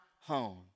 home